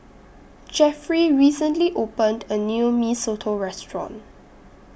Jeffry recently opened A New Mee Soto Restaurant